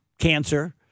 cancer